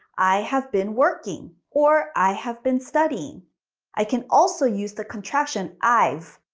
i have been working or i have been studying i can also use the contraction i've.